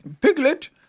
Piglet